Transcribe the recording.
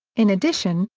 in addition,